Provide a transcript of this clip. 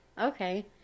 Okay